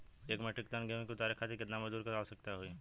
एक metric ton गेहूँ के उतारे खातीर कितना मजदूर क आवश्यकता होई?